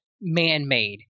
man-made